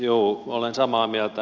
juu olen samaa mieltä